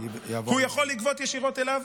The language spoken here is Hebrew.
והוא יכול לגבות ישירות ממנו,